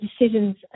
decisions